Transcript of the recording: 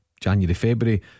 January-February